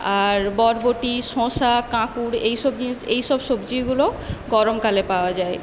আর বরবটি শসা কাঁকরোল এইসব জিনিস এইসব সবজিগুলো গরমকালে পাওয়া যায়